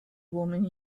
woman